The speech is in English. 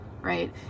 right